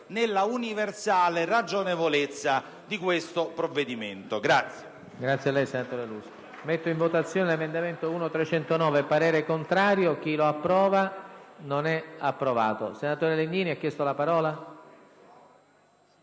nella universale ragionevolezza di questo provvedimento.